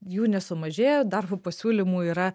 jų nesumažėja darbo pasiūlymų yra